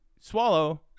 swallow